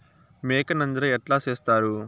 మేక నంజర ఎట్లా సేస్తారు?